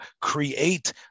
create